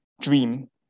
dream